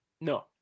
No